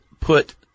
put